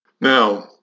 Now